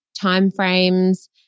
timeframes